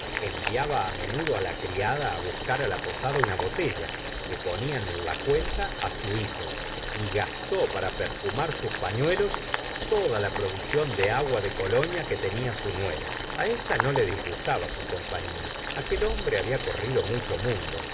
enviaba a menudo á la criada á buscar la posada una botella que ponían en la cuenta á su hijo y gastó para perfumar sus polluelos toda la provisión de a gua de colonia que tenia su nuera a ésta no le disgustaba su companía aquel hombre habla corrido mucho mundo